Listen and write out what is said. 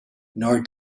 nor